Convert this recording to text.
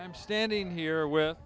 i'm standing here with